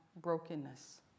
brokenness